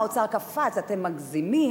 האוצר קפץ: אתם מגזימים,